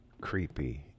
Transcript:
creepy